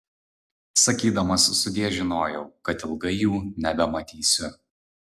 sakydamas sudie žinojau kad ilgai jų nebematysiu